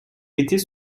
était